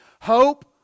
Hope